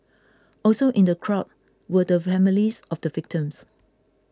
also in the crowd were the families of the victims